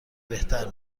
بهتر